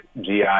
GI